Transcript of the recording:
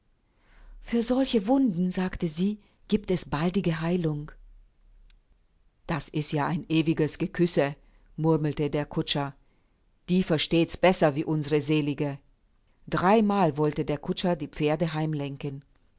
für solche wunden sagte sie giebt es baldige heilung das ist ja ein ewiges geküsse murmelte der kutscher die versteht's besser wie unsre selige dreimal wollte der kutscher die pferde